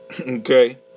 okay